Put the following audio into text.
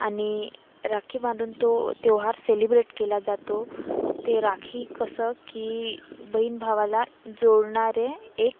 आणि राखी बांधून तो त्योहार सेलिब्रेट केला जातो ते राखी कसं की बहीण भावाला जोडणारे एक